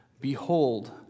Behold